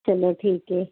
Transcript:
ਚਲੋ ਠੀਕ ਹੈ